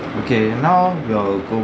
okay now we'll go